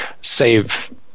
save